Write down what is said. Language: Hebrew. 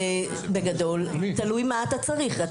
בגדול תלוי מה אתה צריך,